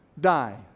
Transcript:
die